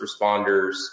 responders